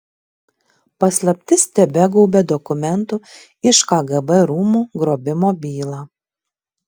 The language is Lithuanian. paslaptis tebegaubia dokumentų iš kgb rūmų grobimo bylą